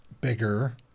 bigger